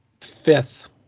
Fifth